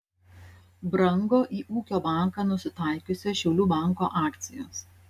brango į ūkio banką nusitaikiusio šiaulių banko akcijos